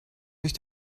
sich